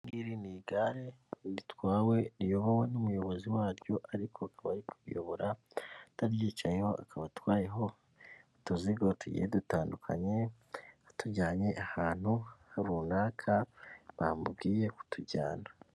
Ni igare ritwawe riyobowe n'umuyobozi waryo ariko abari kubiyobora ataryicayeho, akaba atwayeho utuzigo tugiye dutandukanye atujyanye ahantu runaka bamubwiye kutujyana.